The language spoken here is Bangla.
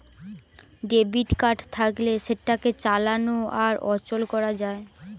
ডেবিট কার্ড থাকলে সেটাকে চালানো আর অচল করা যায়